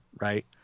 right